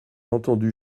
entendu